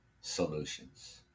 solutions